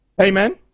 Amen